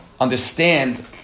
understand